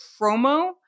promo